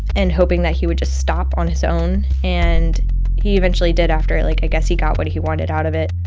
and hoping that he would just stop on his own. and he eventually did after, like, i guess he got what he wanted out of it.